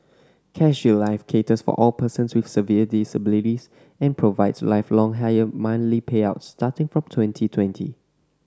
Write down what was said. Care Shield Life caters for all persons with severe disabilities and provides lifelong higher money payouts starting from twenty and twenty